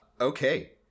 Okay